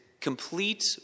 complete